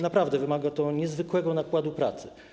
Naprawdę wymaga to niezwykłego nakładu pracy.